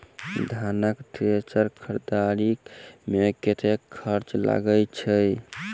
धान केँ थ्रेसर खरीदे मे कतेक खर्च लगय छैय?